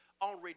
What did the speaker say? on